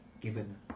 given